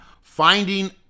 Finding